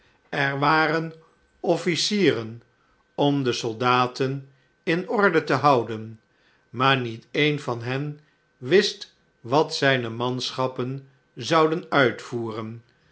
er waren ofticieren om de soldaten in orde te houden maar niet een van hen wist wat znne manschappen zouden uitvoeren